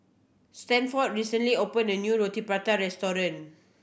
Stanford recently opened a new Roti Prata restaurant